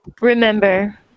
Remember